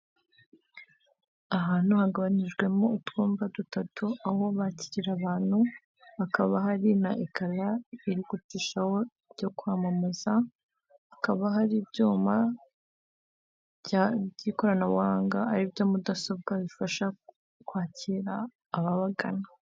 Ahantu hagabanijwemo utwumba dutatu, aho bakira abantu hakaba hari na ekara irigucishaho ibyo kwamamaza, hakaba hari ibyuma by'ikoranabuhanga aribyo mudasobwa bifasha kwakira ababagana.